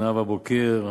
נאוה בוקר,